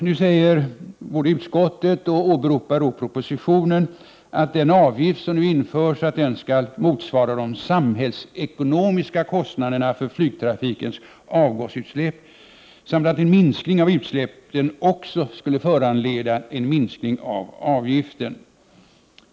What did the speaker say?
RE et ARE Nu säger utskottet, under åberopande av propositionen, att den avgift som införs skall motsvara de samhällsekonomiska kostnaderna för flygtrafikens avgasutsläpp samt att en minskning av utsläppen också skulle föranleda en minskning av avgiften.